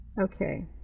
Okay